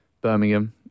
Birmingham